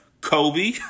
Kobe